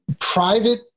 private